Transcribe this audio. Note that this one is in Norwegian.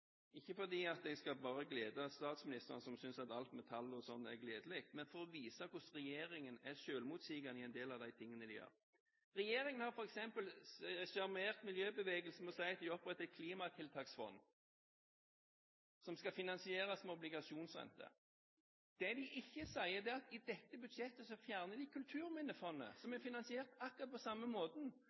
ikke fordi jeg bare skal glede statsministeren, som synes alt med tall og sånt er gledelig, men for å vise hvordan regjeringen er selvmotsigende i en del av de tingene de gjør. Regjeringen har f.eks. sjarmert miljøbevegelsen med å si at de oppretter et klimatiltaksfond, som skal finansieres med obligasjonsrenter. Det de ikke sier, er at de i dette budsjettet fjerner Kulturminnefondet, som er finansiert akkurat på samme måten,